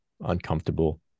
uncomfortable